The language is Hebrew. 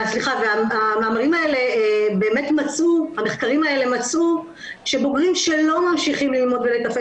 והמאמרים והמחקרים האלה באמת מצאו שבוגרים שלא ממשיכים ללמוד ולתפעל